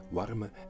warme